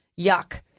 Yuck